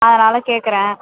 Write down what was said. அதனால் கேட்குறேன்